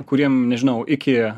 kuriem nežinau iki